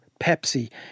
Pepsi